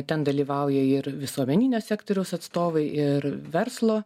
ten dalyvauja ir visuomeninio sektoriaus atstovai ir verslo